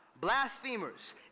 blasphemers